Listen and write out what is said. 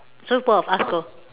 so both of us go